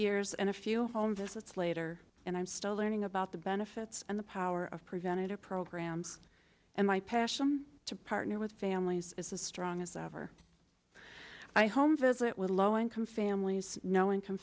years and a few home visits later and i'm still learning about the benefits and the power of presented a program and my passion to partner with families is as strong as ever my home visit with low income families no income